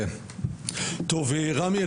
טוב רמי,